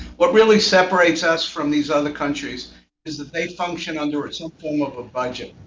what really separates us from these other countries is that they function under some form of a budget,